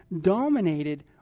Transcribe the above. dominated